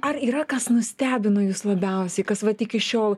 ar yra kas nustebino jus labiausiai kas vat iki šiol